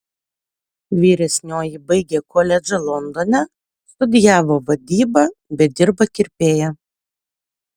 vyresnioji baigė koledžą londone studijavo vadybą bet dirba kirpėja